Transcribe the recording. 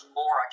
more